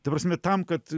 ta prasme tam kad